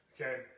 okay